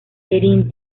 erin